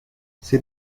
c’est